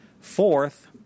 Fourth